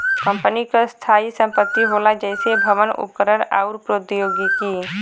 company क स्थायी संपत्ति होला जइसे भवन, उपकरण आउर प्रौद्योगिकी